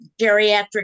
geriatric